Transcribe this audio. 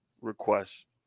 request